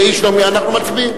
אנחנו מצביעים.